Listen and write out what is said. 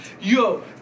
Yo